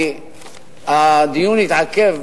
כי הדיון התעכב,